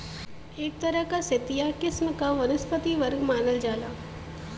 एक तरह क सेतिवा किस्म क वनस्पति वर्ग मानल जाला